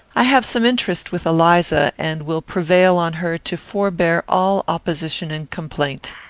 i have some interest with eliza, and will prevail on her to forbear all opposition and complaint.